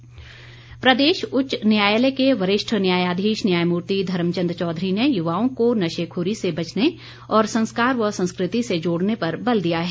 न्यायाधीश प्रदेश उच्च न्यायालय के वरिष्ठ न्यायाधीश न्यायमूर्ति धर्मचंद चौधरी ने युवाओं को नशाखोरी से बचाने और संस्कार व संस्कृति से जोड़ने पर बल दिया है